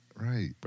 right